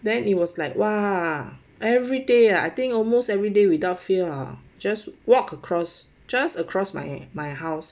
then it was like !wah! every day I think almost everyday without fail are just walk across just across my my house